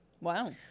Wow